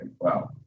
Wow